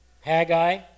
Haggai